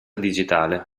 digitale